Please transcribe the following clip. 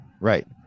Right